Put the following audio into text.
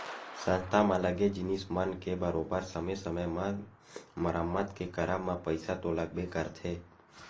संस्था म लगे जिनिस मन के बरोबर समे समे म मरम्मत के करब म पइसा तो लगबे करथे